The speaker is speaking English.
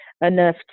enough